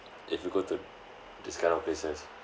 if you go to this kind of places